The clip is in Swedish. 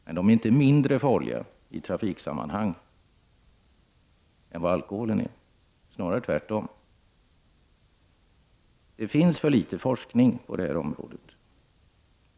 Men de är inte mindre farliga i trafiksammanhang än alkohol, snarare tvärtom. Det finns för litet forskning på detta område.